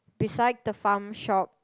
beside the Farm Shop